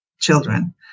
Children